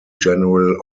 general